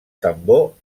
tambor